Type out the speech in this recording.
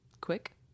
quick